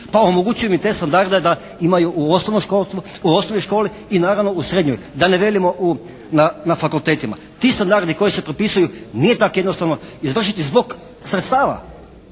Pa omogućimo im te standarde da imaju u osnovnom školstvu, u osnovnoj školi i naravno u srednjoj, da ne velimo u, na fakultetima. Ti standardi koji se propisuju nije tako jednostavno izvršiti zbog sredstava.